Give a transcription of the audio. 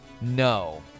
No